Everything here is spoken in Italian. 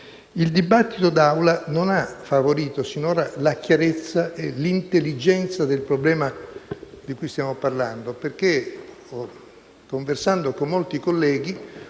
il dibattito di Aula non ha favorito finora la chiarezza e l'intelligenza del problema di cui stiamo parlando. Infatti, conversando con molti colleghi,